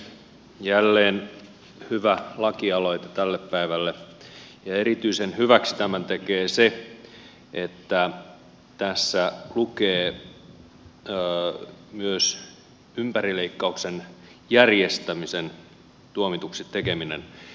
jälleen hyvä lakialoite tälle päivälle ja erityisen hyväksi tämän tekee se että tässä lukee myös tämä ympärileikkauksen järjestämisen tuomituksi tekeminen